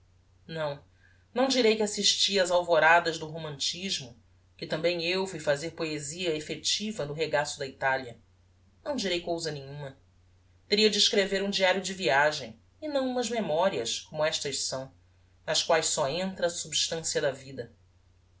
não não direi que assisti ás alvoradas do romantismo que tambem eu fui fazer poesia effectiva no regaço da italia não direi cousa nenhuma teria de escrever um diario de viagem e não umas memorias como estas são nas quaes só entra a substancia da vida